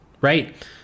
right